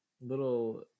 little